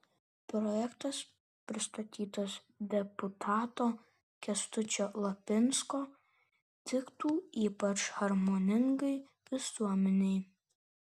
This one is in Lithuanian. projektas pristatytas deputato kęstučio lapinsko tiktų ypač harmoningai visuomenei